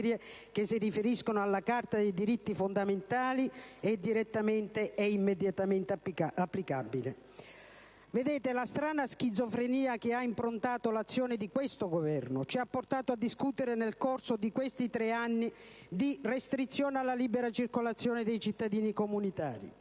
che si riferiscono alla Carta dei diritti fondamentali, è direttamente e immediatamente applicabile. Vedete, la strana schizofrenia che ha improntato l'azione di questo Governo ha portato a discutere nel corso di questi tre anni di restrizione alla libera circolazione dei cittadini comunitari,